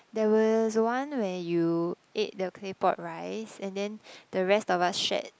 there was one where you ate the clay pot rice and then the rest of us shared